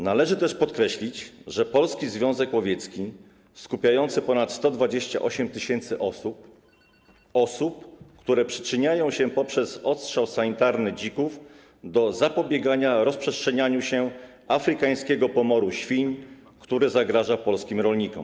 Należy też podkreślić, że Polski Związek Łowiecki skupia ponad 128 tys. osób, które przyczyniają się poprzez odstrzał sanitarny dzików do zapobiegania rozprzestrzeniania się afrykańskiego pomoru świń, który zagraża polskim rolnikom.